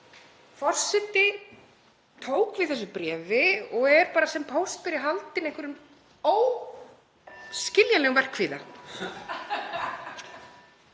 Forseti tók við þessu bréfi og er bara sem póstberi haldinn einhverjum óskiljanlegum verkkvíða.